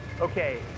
okay